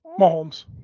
Mahomes